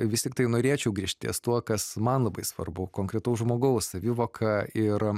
vis tiktai norėčiau grįžt ties tuo kas man labai svarbu konkretaus žmogaus savivoka ir